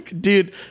dude